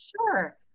Sure